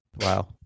Wow